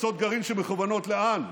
פצצות גרעין שמכוונות לאן?